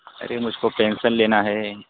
ارے مجھ کو پنسل لینا ہے